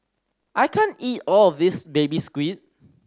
I can't eat all of this Baby Squid